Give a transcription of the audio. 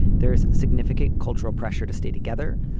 there is significant cultural pressure to stay together.